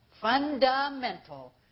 fundamental